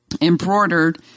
embroidered